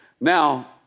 Now